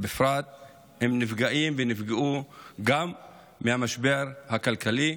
בפרט נפגעים ונפגעו גם מהמשבר הכלכלי.